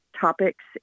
topics